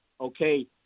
Okay